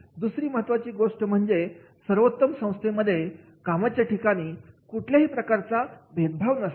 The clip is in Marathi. दुसरी महत्त्वाची गोष्ट म्हणजे सर्वोत्तम संस्थेमध्ये कामाच्या ठिकाणी कुठल्याही प्रकारचा भेदभाव नसावा